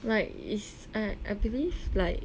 like is I I believe like